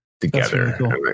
together